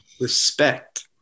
respect